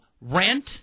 rent